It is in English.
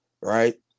right